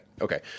Okay